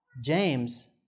James